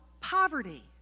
poverty